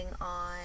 on